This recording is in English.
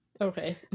Okay